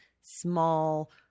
small